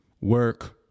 Work